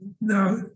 Now